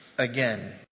again